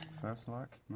first luck.